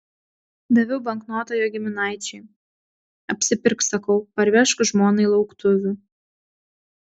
daviau banknotą jo giminaičiui apsipirk sakau parvežk žmonai lauktuvių